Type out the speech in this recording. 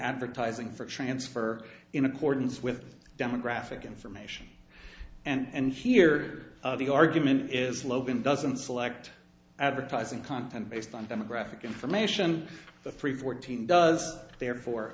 advertising for transfer in accordance with demographic information and here the argument is logan doesn't select advertising content based on demographic information the three fourteen does therefore